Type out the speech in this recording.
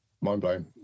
mind-blowing